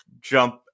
jump